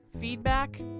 feedback